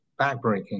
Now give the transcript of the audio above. backbreaking